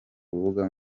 mbuga